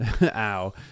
ow